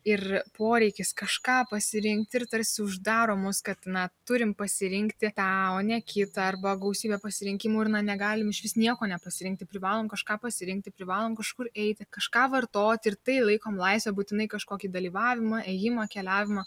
ir poreikis kažką pasirinkti ir tarsi uždaro mus kad na turim pasirinkti tą o ne kitą arba gausybę pasirinkimų ir na negalim išvis nieko nepasirinkti privalom kažką pasirinkti privalom kažkur eiti kažką vartoti ir tai laikom laisve būtinai kažkokį dalyvavimą ėjimą keliavimą